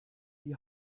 die